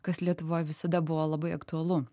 kas lietuvoj visada buvo labai aktualu